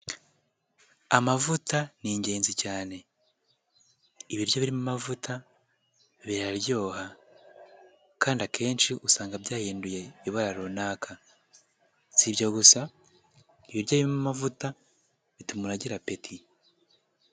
Amavuta ni ingenzi cyane ibiryo birimo amavuta biraryoha, kandi akenshi usanga byahinduye ibara runaka. Si ibyo gusa ibiryo birimo amavuta bituma umuntu agira apeti.